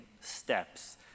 steps